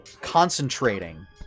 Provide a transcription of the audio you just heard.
concentrating